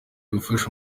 gufasha